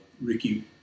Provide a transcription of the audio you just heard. Ricky